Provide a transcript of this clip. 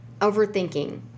overthinking